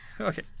Okay